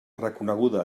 reconeguda